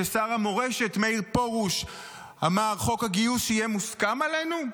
ששר המורשת מאיר פרוש אמר: חוק הגיוס יהיה מוסכם עלינו?